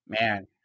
Man